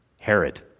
Herod